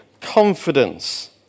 confidence